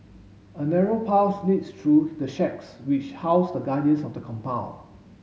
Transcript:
a narrow path leads through the shacks which house the guardians of the compound